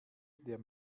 der